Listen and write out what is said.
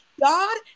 God